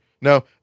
No